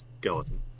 skeleton